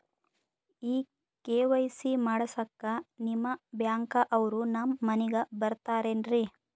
ಈ ಕೆ.ವೈ.ಸಿ ಮಾಡಸಕ್ಕ ನಿಮ ಬ್ಯಾಂಕ ಅವ್ರು ನಮ್ ಮನಿಗ ಬರತಾರೆನ್ರಿ?